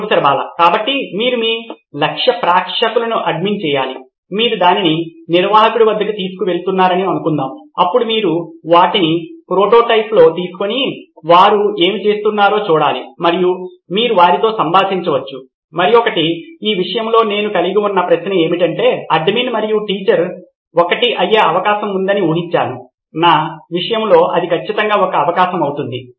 professor Bala కాబట్టి మీరు మీ లక్ష్య ప్రేక్షకులను అడ్మిన్ ను చేయాలి మీరు దానిని నిర్వాహకుడి వద్దకు తీసుకువెళుతున్నారని అనుకుందాం అప్పుడు మీరు వాటిని ప్రోటోటైప్లో తీసుకొని వారు ఏమి చేస్తున్నారో చూడాలి మరియు మీరు వారితో సంభాషించవచ్చు మరొకటి ఈ విషయంలో నేను కలిగి ఉన్న ప్రశ్న ఏమిటంటే అడ్మిన్ మరియు టీచర్ ఒకటే అయ్యే అవకాశం ఉందని ఊహించాను నా విషయంలో అది ఖచ్చితంగా ఒక అవకాశం అవుతుంది